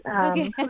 Okay